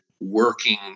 working